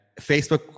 Facebook